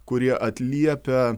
kurie atliepia